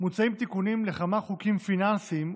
מוצעים תיקונים לכמה חוקים פיננסיים,